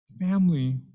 family